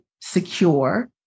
secure